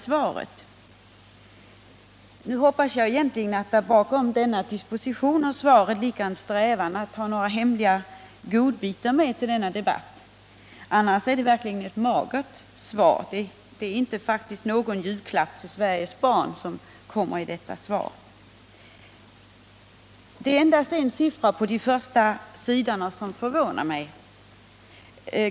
Jag hoppas att det bakom denna disposition av svaret ligger en strävan att ta några hemliga godbitar med till denna debatt. Annars är det verkligen ett magert svar utan antydan om någon julklapp till Sveriges barn. Det är endast en siffra på de första sidorna som förvånar mig.